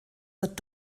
wird